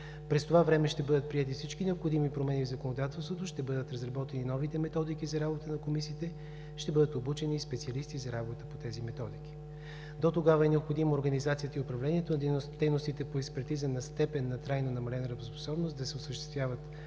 През това време ще бъдат приети всички необходими промени в законодателството, ще бъдат разработени новите методики за работа на комисиите, ще бъдат обучени и специалисти за работа по тези методики. До тогава е необходимо организацията и управлението на дейностите по експертиза на степен на трайно намалена работоспособност да се осъществяват